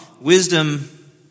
Wisdom